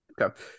Okay